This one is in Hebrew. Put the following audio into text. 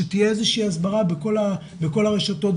שתהיה הסברה בכל הרשתות,